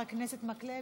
חבר הכנסת מקלב,